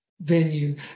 venue